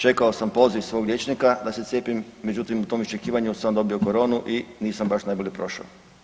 Čekao sam poziv svog liječnika da se cijepim, međutim u tom iščekivanju sam dobio koronu i nisam baš najbolje prošao.